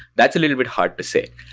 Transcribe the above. that's a little bit hard to say.